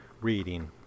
reading